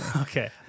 Okay